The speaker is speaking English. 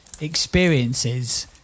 experiences